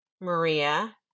Maria